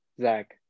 Zach